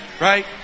right